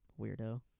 Weirdo